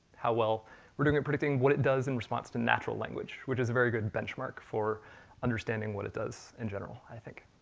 how well we're doing at predicting what it does in response to natural language, which is very good benchmark for understanding what it does in general, i think.